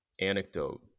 anecdote